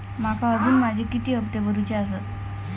माका अजून माझे किती हप्ते भरूचे आसत?